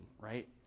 right